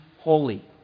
holy